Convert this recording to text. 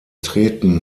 treten